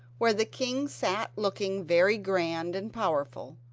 where the king sat looking very grand and powerful.